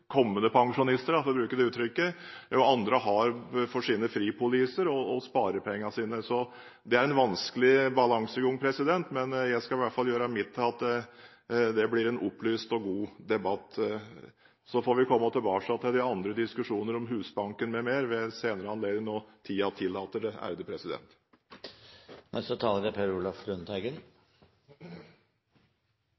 pensjonister og alle kommende pensjonister – for å bruke det uttrykket – og andre har for sine fripoliser og sparepenger. Det er en vanskelig balansegang, men jeg skal i hvert fall gjøre mitt til at det blir en opplyst og god debatt. Så får vi komme tilbake til de andre diskusjonene om Husbanken m.m. ved en senere anledning, når tiden tillater det. Jeg takker for finansministerens svar, og, som han sa, er